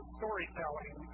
storytelling